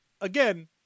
again